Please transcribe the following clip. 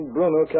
Bruno